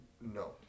No